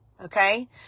okay